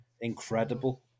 incredible